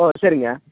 ஓ சரிங்க